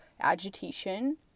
agitation